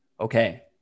okay